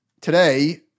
today